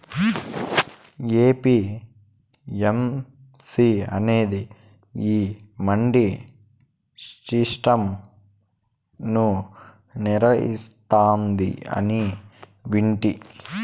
APMC అనేది ఈ మండీ సిస్టం ను నిర్వహిస్తాందని వింటి